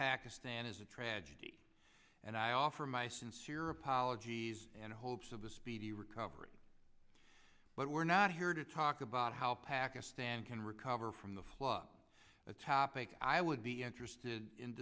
pakistan is a tragedy and i offer my sincere apologies and hopes of the speedy recovery but we're not here to talk about how pakistan can recover from the floods a topic i would be interested in